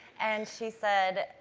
and she said,